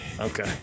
okay